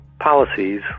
policies